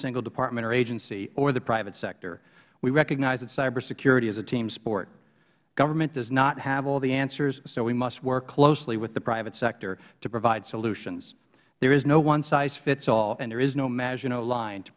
single department or agency or the private sector we recognize that cybersecurity is a team sport government does not have all the answers so we must work closely with the private sector to provide solutions there is no one size fits all and there is no magical line to